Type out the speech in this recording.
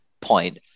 point